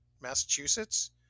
massachusetts